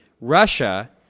Russia